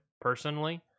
personally